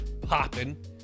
popping